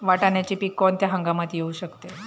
वाटाण्याचे पीक कोणत्या हंगामात येऊ शकते?